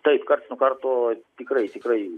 taip karts nuo karto tikrai tikrai